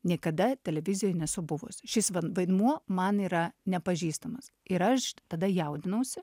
niekada televizijoj nesu buvus šis vaidmuo man yra nepažįstamas ir aš tada jaudinausi